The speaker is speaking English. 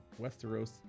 Westeros